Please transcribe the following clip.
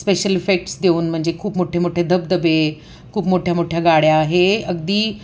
special effects देऊन म्हणजे खूप मोठेमोठे धबधबे खूप मोठ्यामोठ्या गाड्या हे अगदी